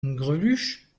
greluche